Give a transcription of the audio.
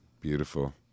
Beautiful